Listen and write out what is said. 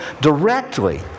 directly